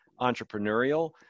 entrepreneurial